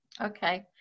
okay